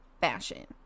fashion